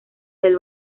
del